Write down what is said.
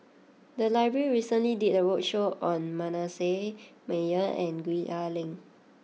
the library recently did a roadshow on Manasseh Meyer and Gwee Ah Leng